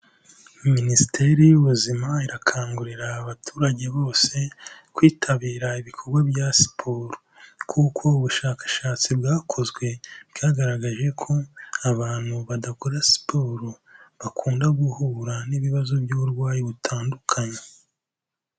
Minisiteri y'ubuzima irakangurira abaturage bose kwitabira ibikorwa bya siporo, kuko ubushakashatsi bwakozwe bwagaragaje ko abantu badakora siporo bakunda guhura n'ibibazo by'uburwayi butandukanye.